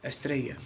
ਇਸ ਤਰ੍ਹਾਂ ਹੀ ਆ